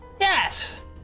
yes